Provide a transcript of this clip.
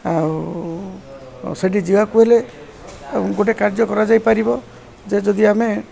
ଆଉ ସେଠି ଯିବାକୁ ହେଲେ ଗୋଟେ କାର୍ଯ୍ୟ କରାଯାଇପାରିବ ଯେ ଯଦି ଆମେ